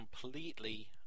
completely